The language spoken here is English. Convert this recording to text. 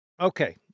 Okay